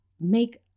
make